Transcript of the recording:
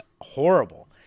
horrible